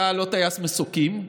אתה לא טייס מסוקים,